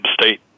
state